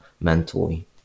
mentally